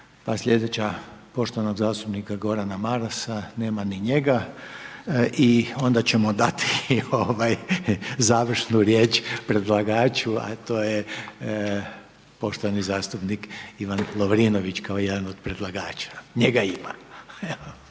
pa slijedeće poštovanog zastupnika Gorana Marasa, nema ni njega i onda ćemo dati završnu riječ predlagaču a to je poštovani zastupnik Ivan Lovrinović kao jedan od predlagača, njega ima.